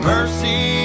Mercy